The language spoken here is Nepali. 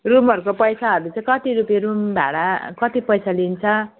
रुमहरूको पैसाहरू चाहिँ कति रुपियाँ रुम भाडा कति पैसा लिन्छ